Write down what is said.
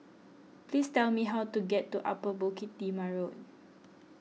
please tell me how to get to Upper Bukit Timah Road